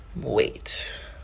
wait